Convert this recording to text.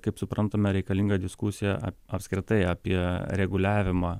kaip suprantame reikalinga diskusija apskritai apie reguliavimą